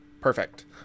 Perfect